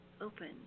Open